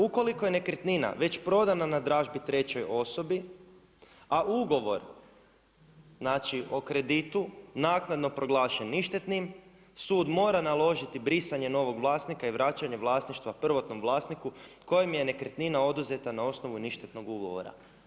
Ukoliko je nekretnina već prodana na dražbi trećoj osobi a ugovor, znači o kreditu naknado proglašen ništetni, sud mora naložiti brisanje novog vlasnika i vraćanje vlasništva prvotnom vlasniku kojem je nekretnina oduzeta na osnovu ništetnog ugovora.